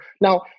now